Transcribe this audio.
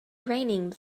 raining